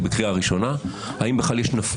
מה שהצבענו בקריאה ראשונה ומה שכנראה הולך להיות בהמשך,